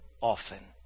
often